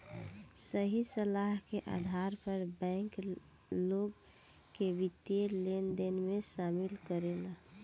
सही सलाह के आधार पर बैंक, लोग के वित्तीय लेनदेन में शामिल करेला